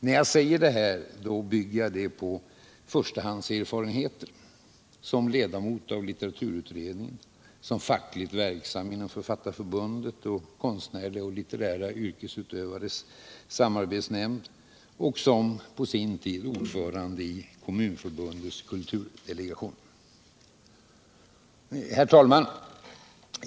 När jag säger detta bygger jag det på förstahandserfarenheter, som ledamot av litteraturutredningen, som fackligt verksam inom Författarförbundet och Konstnärliga och litterära yrkesutövares samarbetsnämnd och som — på sin tid — ordförande i Kommunförbundets kulturdelegation. Herr talman!